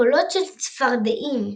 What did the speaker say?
לא קולות של אנשים — קולות של צפרדעים.